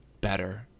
better